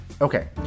Okay